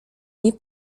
nie